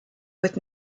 with